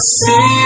say